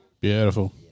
Beautiful